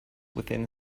within